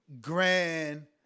grand